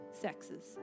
sexes